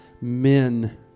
men